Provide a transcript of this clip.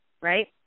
Right